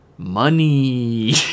Money